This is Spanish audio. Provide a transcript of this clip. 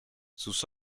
sus